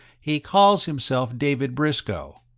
he calls himself david briscoe.